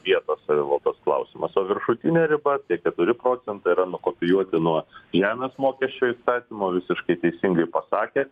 vietos savivaldos klausimas o viršutinė riba tie keturi procentai yra nukopijuoti nuo žemės mokesčio įstatymų visiškai teisingai pasakėt